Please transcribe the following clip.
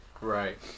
right